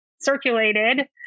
circulated